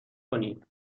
کنید